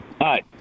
Hi